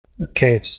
Okay